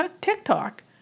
TikTok